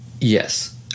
Yes